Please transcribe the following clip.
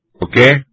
Okay